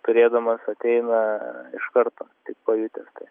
turėdamas ateina iš karto pajutęs tai